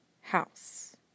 house